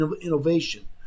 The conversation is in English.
innovation